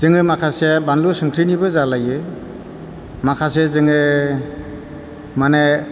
जोङो माखासे बानलु संख्रिनिबो जालायो माखासे जोङो माने